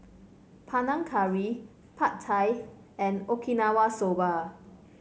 Panang Curry Pad Thai and Okinawa Soba